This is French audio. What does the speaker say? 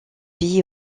pays